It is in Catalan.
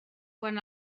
quan